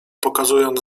pokazując